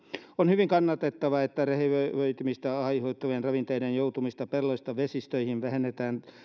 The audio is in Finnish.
on hyvin kannatettavaa että rehevöitymistä aiheuttavien ravinteiden joutumista pelloilta vesistöihin vähennetään